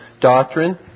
doctrine